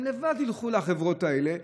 הם לבד יכלו לחברות האלה.